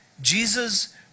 Jesus